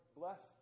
bless